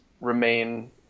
remain